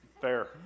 Fair